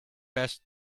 best